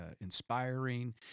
inspiring